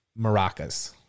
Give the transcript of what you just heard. maracas